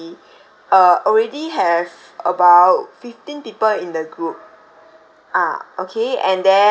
uh already have about fifteen people in the group ah okay and then